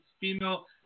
female